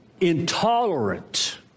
intolerant